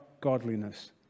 godliness